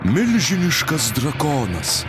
milžiniškas drakonas